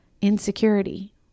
Insecurity